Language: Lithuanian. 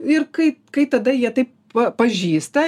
ir kai kai tada jie taip pa pažįsta